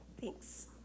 Thanks